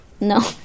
No